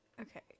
Okay